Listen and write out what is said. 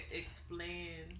explain